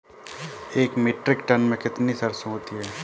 एक metric ton में कितनी सरसों होती है?